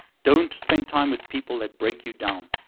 don't spend time with people that break you down.